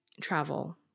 travel